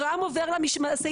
גרם עובר למפעל,